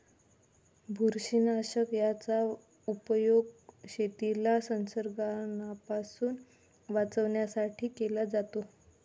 बुरशीनाशक याचा उपयोग शेतीला संसर्गापासून वाचवण्यासाठी केला जातो